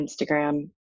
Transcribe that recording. Instagram